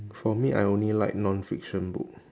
for me I only like nonfiction book